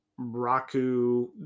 Raku